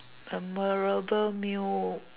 memorable meal